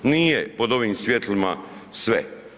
Nije pod ovim svjetlima sve.